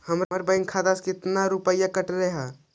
हमरा बैंक खाता से कतना रूपैया कटले है?